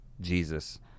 Jesus